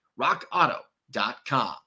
Rockauto.com